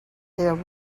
their